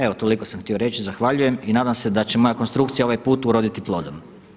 Evo toliko sam htio reći, zahvaljujem i nadam se da će moja konstrukcija ovaj put uroditi plodom.